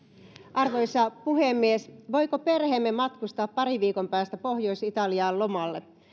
arvoisa puhemies voiko perheemme matkustaa parin viikon päästä pohjois italiaan lomalle